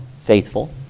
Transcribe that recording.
faithful